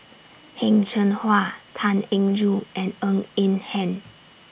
Heng Cheng Hwa Tan Eng Joo and Ng Eng Hen